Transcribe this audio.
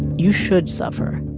you should suffer.